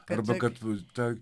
pirmą kartą